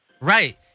right